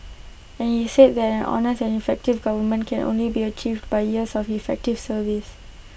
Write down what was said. and he said that an honest and effective government can only be achieved by years of effective service